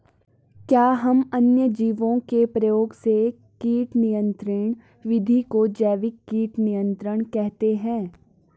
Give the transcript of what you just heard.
क्या हम अन्य जीवों के प्रयोग से कीट नियंत्रिण विधि को जैविक कीट नियंत्रण कहते हैं?